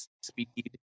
speed